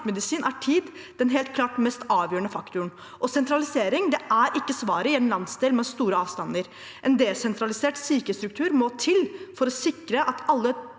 helt klart mest avgjørende faktoren, og sentralisering er ikke svaret i en landsdel med store avstander. En desentralisert sykehusstruktur må til for å sikre alle